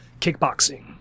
kickboxing